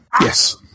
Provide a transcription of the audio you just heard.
Yes